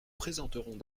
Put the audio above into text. présenterons